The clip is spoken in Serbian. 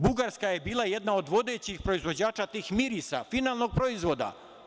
Bugarska je bila jedna od vodećih proizvođača tih mirisa, finalnog proizvoda.